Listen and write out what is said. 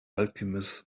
alchemist